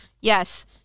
Yes